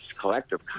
collective